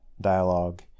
dialogue